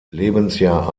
lebensjahr